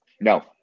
No